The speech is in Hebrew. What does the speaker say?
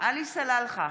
עלי סלאלחה,